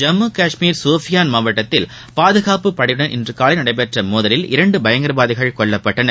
ஜம்மு கஷ்மீர் சோபியான் மாவட்டத்தில் பாதுகாப்பு படையுடன் இன்று காலை நடைபெற்ற மோதலில் இரண்டு பயங்கரவாதிகள் கொல்லப்பட்டார்கள்